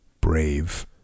brave